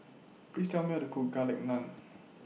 Please Tell Me How to Cook Garlic Naan